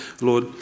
Lord